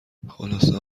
خلاصه